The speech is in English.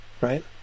right